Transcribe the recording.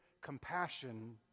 compassion